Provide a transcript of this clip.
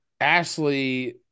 ashley